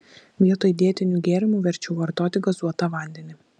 vietoj dietinių gėrimų verčiau vartoti gazuotą vandenį